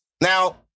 now